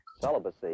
Celibacy